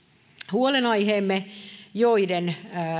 huolenaiheemme joiden